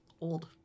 old